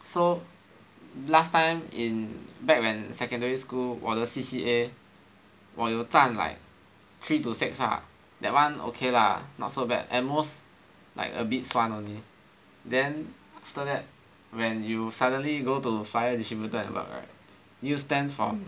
so last time in back when secondary school 我的 C_C_A 我有站 like three to six ah that one ok lah not so bad at most like a bit 酸 only then after that when you suddenly go to flyer distributor and work right need to stand from